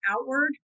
outward